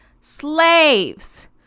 slaves